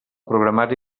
programari